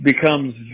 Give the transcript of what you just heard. becomes